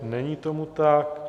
Není tomu tak.